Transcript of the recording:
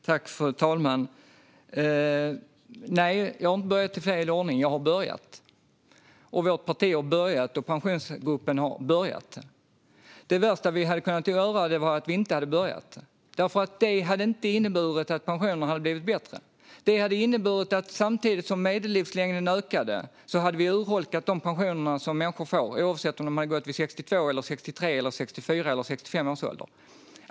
Fru talman! Nej, jag har inte börjat i fel ordning. Jag har börjat, mitt parti har börjat och Pensionsgruppen har börjat. Det värsta vi hade kunnat göra är att inte börja. Det hade nämligen inte inneburit att pensionerna hade blivit bättre. Det hade inneburit att vi, samtidigt som medellivslängden ökar, hade urholkat de pensioner som människor får, oavsett om de går i pension vid 62, 63, 64 eller 65 års ålder.